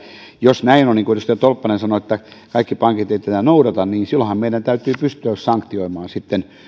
jos näin on niin kuin edustaja tolppanen sanoi että kaikki pankit eivät tätä noudata niin silloinhan meidän täytyy pystyä sanktioimaan sitten